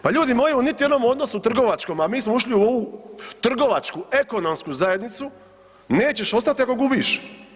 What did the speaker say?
Pa ljudi moji u niti jednom odnosu trgovačkom, a mi smo ušli u ovu trgovačku, ekonomsku zajednicu, nećeš ostat ako gubiš.